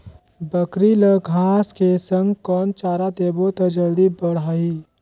बकरी ल घांस के संग कौन चारा देबो त जल्दी बढाही?